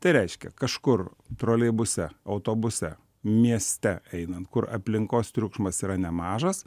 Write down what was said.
tai reiškia kažkur troleibuse autobuse mieste einant kur aplinkos triukšmas yra nemažas